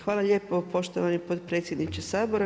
Hvala lijepa poštovani potpredsjedniče Sabora.